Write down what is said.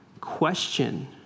question